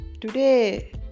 Today